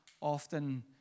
often